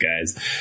guys